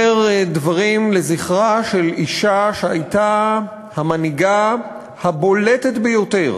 אומר דברים לזכרה של אישה שהייתה המנהיגה הבולטת ביותר